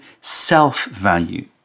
self-value